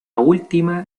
última